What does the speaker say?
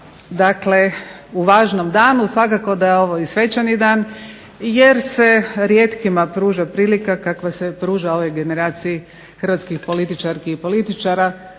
Dakle, u važnom danu, svakako da je ovo i svečani dan jer se rijetkima pruža prilika kakva se pruža ovoj generaciji hrvatskih političarki i političara